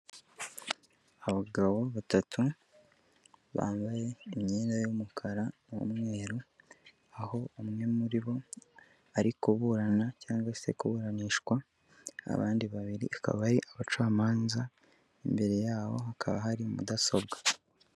Abagabo batatu bambaye imyenda y'umukara n'umweru, aho umwe muri bo ari kuburana cyangwa se kuburanishwa, abandi babiri bakaba ari abacamanza, imbere yabo hakaba hari mudasobwa.